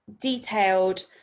detailed